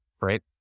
right